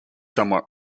somewhat